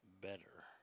better